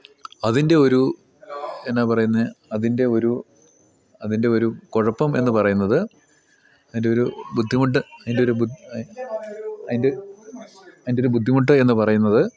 അതിൻ്റെ ഒരു എന്താ പറയുന്നത് അതിൻ്റെ ഒരു അതിൻ്റെ ഒരു കുഴപ്പം എന്നു പറയുന്നത് അതിൻ്റെ ഒരു ബുദ്ധിമുട്ട് അതിൻ്റെ അതിൻ്റെ അതിൻ്റെ ഒരു ബുദ്ധിമുട്ട് എന്നു പറയുന്നത്